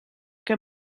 que